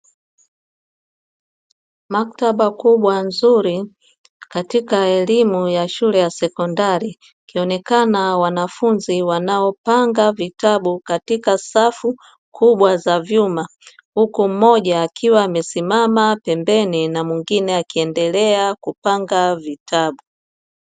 Maktaba kubwa nzuri katika elimu ya shule ya sekondari, ikionekana wanafunzi wanaopanga vitabu katika safu kubwa za vyuma, huku mmoja akiwa amesimama pembeni na mwengine akiendelea kupanga vitabu.